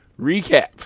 recap